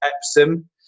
Epsom